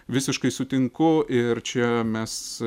visiškai sutinku ir čia mes